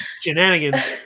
Shenanigans